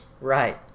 Right